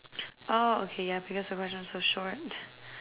orh okay ya because the question was so short